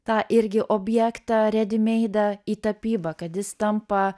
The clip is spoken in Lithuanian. tą irgi objektą redimeidą į tapybą kad jis tampa